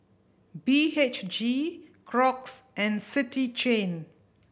B H G Crocs and City Chain